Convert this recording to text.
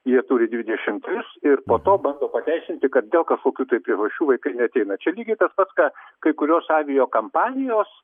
jie turi dvidešim tris ir po to bando pateisinti kad dėl kažkokių tai priežasčių vaikai neateina čia lygiai tas pats ką kai kurios aviakompanijos